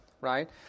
right